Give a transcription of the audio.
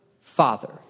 father